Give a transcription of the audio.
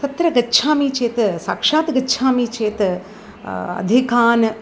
तत्र गच्छामि चेत् साक्षात् गच्छामि चेत् अधिकान्